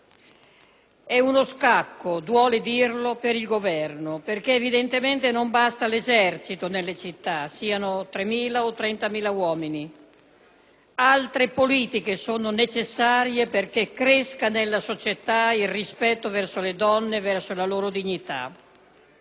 è uno scacco - duole dirlo - per il Governo, perché evidentemente non basta l'esercito nelle città, si tratti di 3.000 o di 30.000 uomini. Altre politiche sono necessarie affinché cresca nella società il rispetto verso le donne e verso la loro dignità.